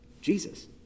Jesus